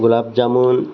गुलाबजामु न